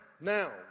now